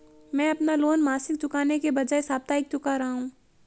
मैं अपना लोन मासिक चुकाने के बजाए साप्ताहिक चुका रहा हूँ